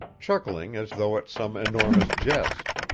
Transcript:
chuckling as though at some enormous jest.